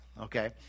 okay